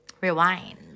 Rewind